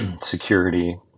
security